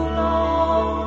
long